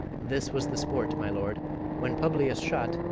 this was the sport, my lord when publius shot,